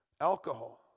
alcohol